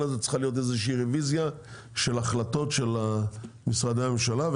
הזה צריכה להיות איזושהי רוויזיה של החלטות של משרדי הממשלה,